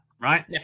right